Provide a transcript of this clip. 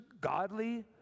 godly